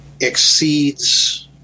exceeds